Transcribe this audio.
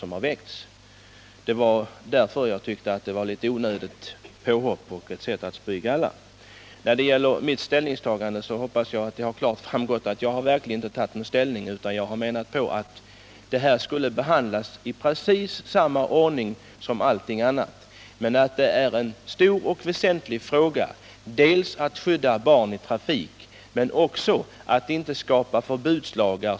Därför tyckte jag att det var ett onödigt påhopp och ett sätt att spy galla. När det gäller mitt ställningstagande hoppas jag att det klart har framgått att jag verkligen inte har tagit ställning. Enligt min mening bör frågan behandlas i precis samma ordning som allting annat. Att skydda barnen i trafiken är väsentligt, men man bör inte skapa förbudslagar.